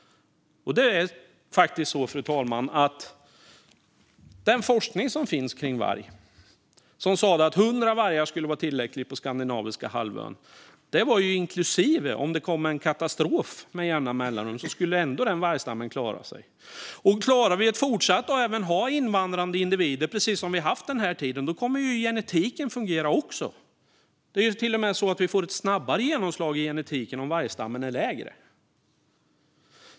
Det är faktiskt så, fru talman, att det finns forskning som säger att 100 vargar skulle vara tillräckligt på den skandinaviska halvön även om det kom en katastrof med jämna mellanrum. Vargstammen skulle ändå klara sig. Och klarar vi fortsatt att ha även invandrande individer, precis som vi har haft den här tiden, kommer även genetiken att fungera. Det är till och med så att vi får ett snabbare genomslag i genetiken om vargstammen är mindre.